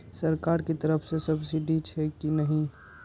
सरकार के तरफ से सब्सीडी छै कि नहिं?